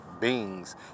beings